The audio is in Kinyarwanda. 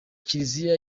kiliziya